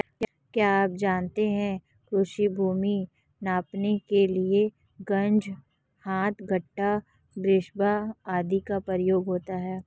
क्या आप जानते है कृषि भूमि नापने के लिए गज, हाथ, गट्ठा, बिस्बा आदि का प्रयोग होता है?